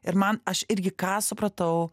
ir man aš irgi ką supratau